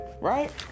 right